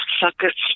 suckers